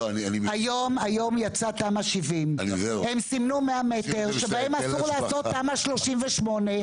היום יצאה תמ"א 70. הם סימנו 100 מטר שבהם אסור לעשות תמ"א 38,